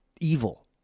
evil